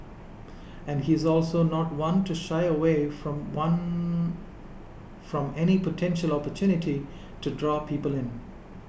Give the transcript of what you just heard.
and he is also not one to shy away from one from any potential opportunity to draw people in